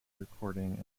recording